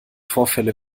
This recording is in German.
vorfälle